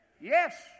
Yes